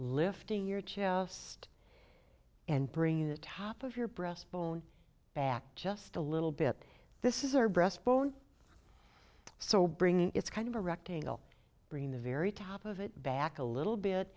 lifting your chest and bringing the top of your breast bone back just a little bit this is our breast bone so bringing it's kind of a rectangle bringing the very top of it back a little bit